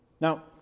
Now